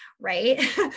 right